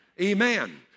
Amen